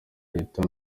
leta